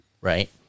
right